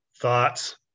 thoughts